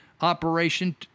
operation